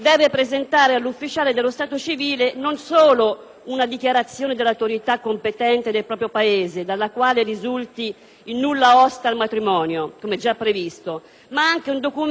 una dichiarazione dell'autorità competente del proprio Paese dalla quale risulti che nulla osta al matrimonio (come già previsto), ma anche un documento attestante la regolarità del soggiorno.